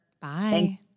Bye